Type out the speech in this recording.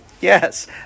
Yes